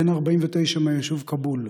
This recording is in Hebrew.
בן 49 מהישוב כאבול,